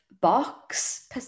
box